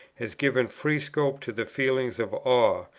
has given free scope to the feelings of awe,